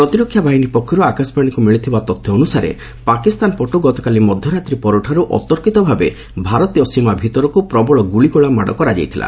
ପ୍ରତିରକ୍ଷା ବାହିନୀ ପକ୍ଷର୍ ଆକାଶବାଣୀକ୍ ମିଳିଥିବା ତଥ୍ୟ ଅନୁସାରେ ପାକିସ୍ତାନ ପଟ୍ର ଗତକାଲି ମଧ୍ୟରାତ୍ରୀ ପରଠାରୁ ଅତର୍କିତ ଭାବେ ଭାରତୀୟ ସୀମା ଭିତରକୂ ପ୍ରବଳ ଗୁଳିଗୋଳା ମାଡ଼ କରାଯାଇଥିଲା